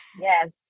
Yes